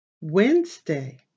Wednesday